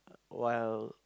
while